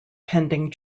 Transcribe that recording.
pending